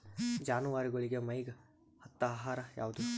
ಜಾನವಾರಗೊಳಿಗಿ ಮೈಗ್ ಹತ್ತ ಆಹಾರ ಯಾವುದು?